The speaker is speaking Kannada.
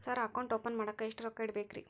ಸರ್ ಅಕೌಂಟ್ ಓಪನ್ ಮಾಡಾಕ ಎಷ್ಟು ರೊಕ್ಕ ಇಡಬೇಕ್ರಿ?